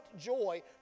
joy